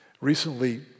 Recently